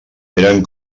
eren